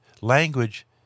language